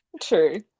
true